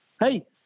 Hey